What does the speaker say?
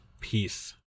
Peace